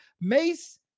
Mace